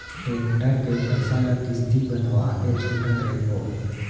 tractor के पइसा ल किस्ती बंधवा के छूटत रइबो